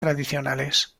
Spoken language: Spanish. tradicionales